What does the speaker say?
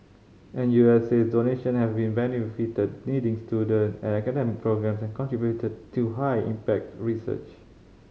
N U S says donation have benefited needy student and academic programmes and contributed to high impact research